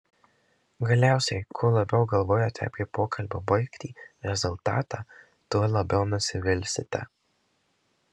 galiausiai kuo labiau galvojate apie pokalbio baigtį rezultatą tuo labiau nusivilsite